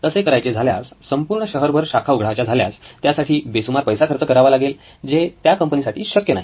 तसे करायचे झाल्यास संपूर्ण शहरभर शाखा उघडायच्या झाल्यास त्यासाठी बेसुमार पैसा खर्च करावा लागेल जे त्या कंपनीसाठी शक्य नाही